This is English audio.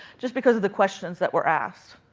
just because of the questions that were asked.